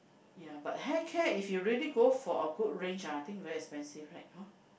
ya but hair care if you really go for a good range ah I think very expensive right hor